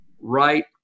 right